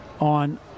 on